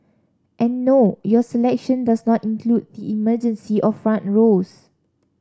and no your selection does not include the emergency or front rows